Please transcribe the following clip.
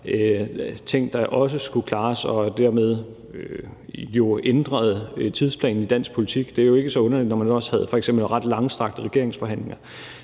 ting, der også skulle klares, og som jo dermed ændrede tidsplanen i dansk politik. Det er jo ikke så underligt, når man nu f.eks. også havde ret langstrakte regeringsforhandlinger.